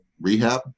rehab